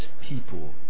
people